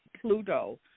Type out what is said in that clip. Pluto